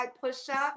push-up